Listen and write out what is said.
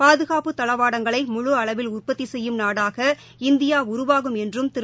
பாதுகாப்பு தளவாடங்களை முழு அளவில் உற்பத்தி செய்யும் நாடாக இந்தியா உருவாகும் என்றும் திரு